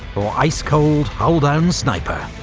or ice-cold, hull-down sniper.